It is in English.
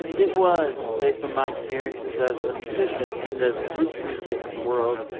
it was based on my experiences as a musician in the roots music world.